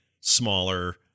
smaller